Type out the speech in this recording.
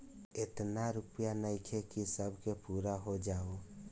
एतना रूपया नइखे कि सब के पूरा हो जाओ